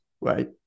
right